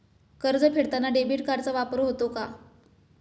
कर्ज फेडताना डेबिट कार्डचा वापर होतो का?